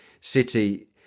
City